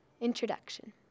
Introduction